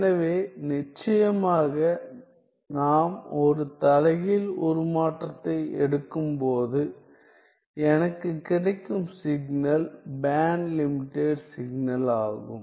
எனவே நிச்சயமாக நாம் ஒரு தலைகீழ் உருமாற்றத்தை எடுக்கும்போது எனக்குக் கிடைக்கும் சிக்னல் பேண்ட் லிமிடெட் சிக்னல் ஆகும்